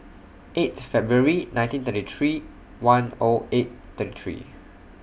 eighth February nineteen thirty three one O eight thirty three